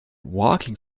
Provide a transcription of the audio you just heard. walking